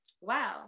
wow